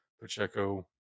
pacheco